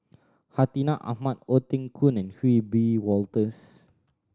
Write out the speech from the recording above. Hartinah Ahmad Ong Teng Koon and Wiebe Wolters